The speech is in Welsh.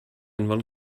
anfon